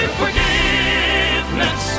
forgiveness